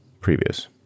previous